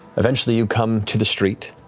eventually, you come to the street,